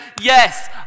yes